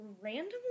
randomly